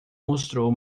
mostrou